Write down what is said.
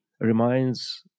reminds